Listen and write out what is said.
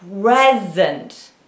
present